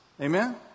Amen